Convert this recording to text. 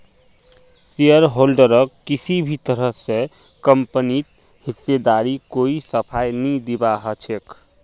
शेयरहोल्डरक किसी भी तरह स कम्पनीत हिस्सेदारीर कोई सफाई नी दीबा ह छेक